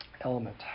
element